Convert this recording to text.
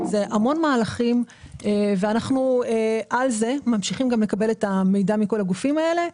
המון מהלכים ואנחנו על זה ממשיכים לקבל את המידע מכל הגופים האלה.